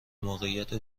موقعیت